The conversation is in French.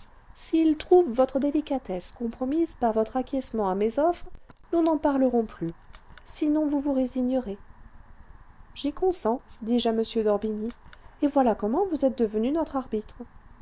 s'il trouve votre délicatesse compromise par votre acquiescement à mes offres nous n'en parlerons plus sinon vous vous résignerez j'y consens dis-je à m d'orbigny et voilà comment vous êtes devenu notre arbitre